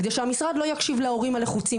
כדי שהמשרד לא יקשיב להורים הלחוצים